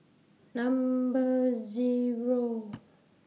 Number Zero